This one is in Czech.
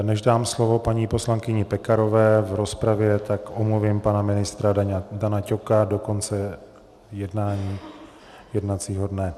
Než dám slovo paní poslankyni Pekarové v rozpravě, omluvím pana ministra Dana Ťoka do konce jednání jednacího dne.